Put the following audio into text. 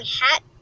hat